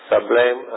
sublime